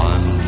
One